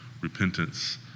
repentance